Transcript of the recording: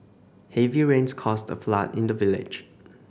heavy rains caused a flood in the village